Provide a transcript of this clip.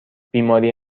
بیماری